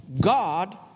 God